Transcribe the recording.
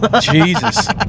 Jesus